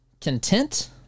content